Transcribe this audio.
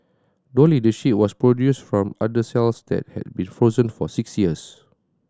Dolly the sheep was produced from udder cells that had been frozen for six years